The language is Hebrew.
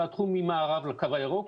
לתחום ממערב לקו הירוק,